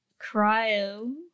Cryo